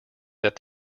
that